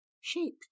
shape